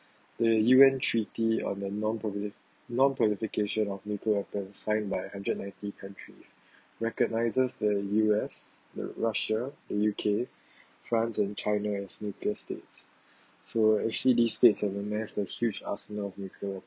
the U_N treaty on the non prolif~ non-proliferation of nuclear weapons signed by hundred ninety countries recognizes the U_S the russia the U_K france and china and states so actually these states have amassed a huge arsenal of nuclear weapons